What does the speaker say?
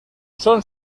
son